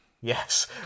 Yes